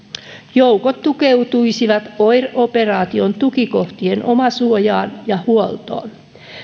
joukot tukeutuisivat oir operaation tukikohtien omasuojaan ja huoltoon